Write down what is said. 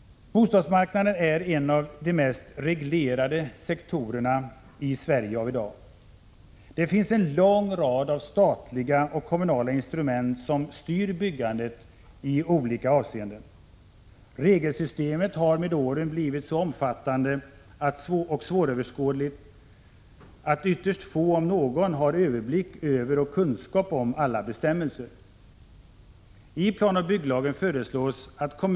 Bostadsmarknaden är i dag en av de mest reglerade sektorerna i Sverige. Det finns en lång rad statliga och kommunala instrument som styr byggandet i olika avseenden. Regelsystemet har med åren blivit så omfattande och svåröverskådligt att ytterst få — om någon — har överblick över och kunskap om alla bestämmelser.